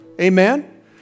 Amen